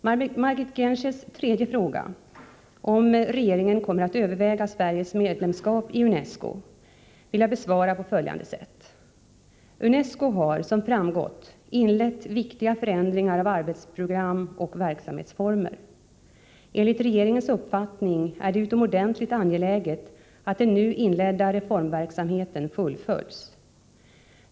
Margit Gennsers tredje fråga — om regeringen kommer att överväga Sveriges medlemskap i UNESCO - vill jag besvara på följande sätt. UNESCO har som framgått inlett viktiga förändringar av arbetsprogram och verksamhetsformer. Enligt regeringens uppfattning är det utomordentligt angeläget att den nu inledda reformverksamheten fullföljs.